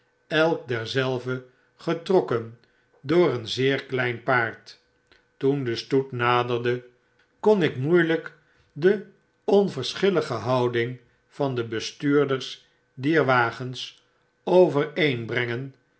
elk derzelven getrokken door een zeer klein paard toen de stoet naderjle kon ik moeielyk de onverschillige houding van de bestuurders dierwagens overeen brengen